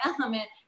element